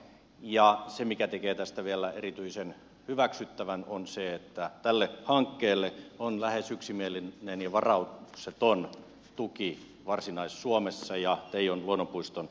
se mikä tekee tästä vielä erityisen hyväksyttävän on se että tälle hankkeelle on lähes yksimielinen ja varaukseton tuki varsinais suomessa ja teijon luonnonpuiston alueilla